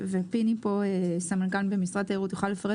ופיני סמנכ"ל משרד התיירות יוכל לפרט